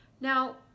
now